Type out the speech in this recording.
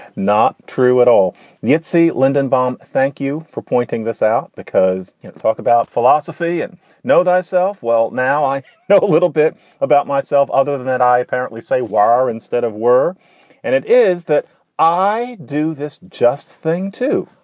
not true at all. and yet, see, linden bohm, thank you for pointing this out, because you talk about philosophy and know thyself. well, now i know a little bit about myself. other than that, i apparently say wah instead of were and it is that i do this just thing, too.